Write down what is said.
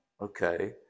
okay